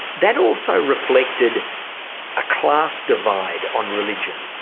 that also reflected a class divide on religion.